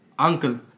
uncle